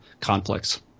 conflicts